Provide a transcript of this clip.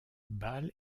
bâle